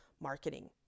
marketing